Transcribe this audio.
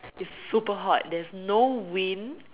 it's super hot there is no wind